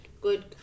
good